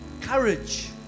Courage